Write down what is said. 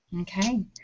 Okay